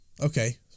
Okay